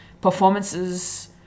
performances